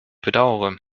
bedaure